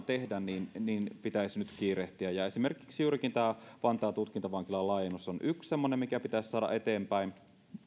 tehdä pitäisi kiirehtiä esimerkiksi juurikin tämä vantaan tutkintavankilan laajennus on yksi semmoinen mikä pitäisi saada eteenpäin